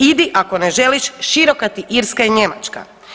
Idi ako ne želiš, široka ti Irska i Njemačka.